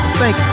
thank